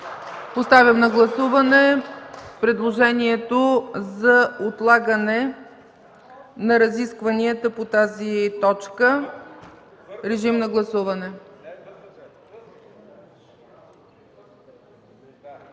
Поставям на гласуване предложението за отлагане на разискванията по тази точка. Гласували